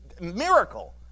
miracle